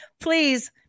please